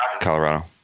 Colorado